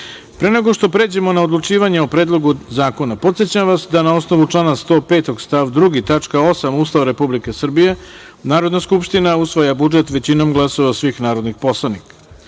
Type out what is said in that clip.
nego što pređemo na odlučivanje o Predlogu zakona, podsećam vas da na osnovu člana 105. stav 2. tačka 8) Ustava Republike Srbije, Narodna skupština usvaja budžet većinom glasova svih narodnih poslanika. Pošto